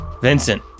Vincent